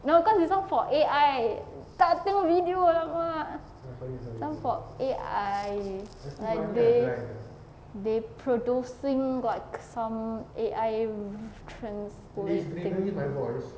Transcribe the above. no cause this [one] for A_I tak tengok video lah !alamak! this [one] for A_I like they they producing like some A_I transcribe thing